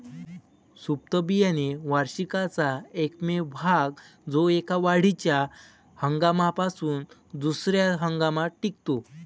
सुप्त बियाणे वार्षिकाचा एकमेव भाग जो एका वाढीच्या हंगामापासून दुसर्या हंगामात टिकतो